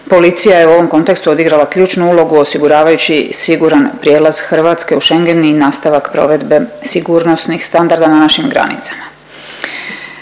Policija je u ovom kontekstu odigrala ključnu ulogu osiguravajući siguran prijelaz Hrvatske u Schengen i nastavak provedbe sigurnosnih standarda na našim granicama.